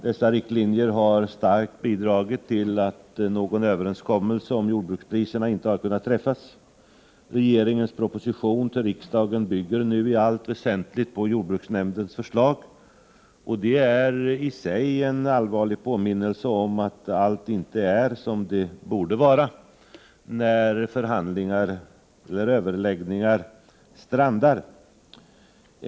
Dessa riktlinjer har starkt bidragit till att någon överenskommelse om jordbrukspriserna inte har kunnat träffas. Regeringens proposition till riksdagen bygger nu i allt väsentligt på jordbruksnämndens förslag. Det är i sig en allvarlig påminnelse om att allt inte är som det borde vara när överläggningar strandar.